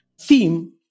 theme